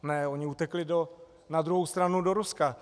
Ne, oni utekli na druhou stranu do Ruska.